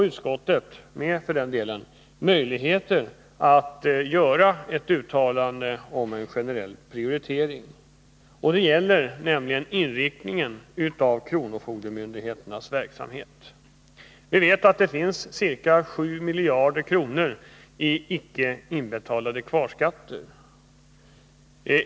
Utskottet — liksom också regeringen, för den delen — hade här möjlighet att göra ett uttalande om en generell prioritering när det gäller inriktningen av kronofogdemyndigheternas verksamhet. Vi vet att det finns ca 7 miljarder kronor i icke inbetalade kvarskatter.